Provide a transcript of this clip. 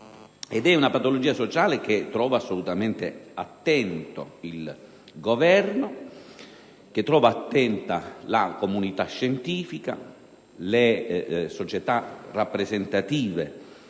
È una patologia sociale che trova attento il Governo, che trova attente la comunità scientifica, le società rappresentative